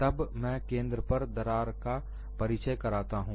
तब मैं केंद्र पर एक दरार का परिचय कराता हूं